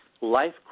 life